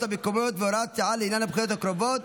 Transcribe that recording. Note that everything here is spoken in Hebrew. המקומיות והוראות שעה לעניין הבחירות הקרובות,